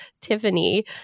Tiffany